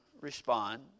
respond